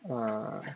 ah